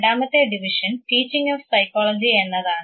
രണ്ടാമത്തെ division teaching of psychology എന്നതാണ്